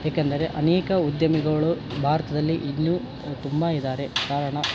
ಏಕೆಂದರೆ ಅನೇಕ ಉದ್ಯಮಿಗಳು ಭಾರತದಲ್ಲಿ ಈಗಲೂ ತುಂಬ ಇದ್ದಾರೆ ಕಾರಣ